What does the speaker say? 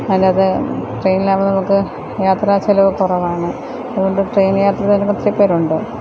അല്ലാതെ ട്രെയിനിലാകുമ്പോൾ നമുക്ക് യാത്രാച്ചിലവ് കുറവാണ് അതുകൊണ്ട് ട്രെയിന് യാത്ര ചെയ്യുന്ന ഒത്തിരിപ്പേരുണ്ട്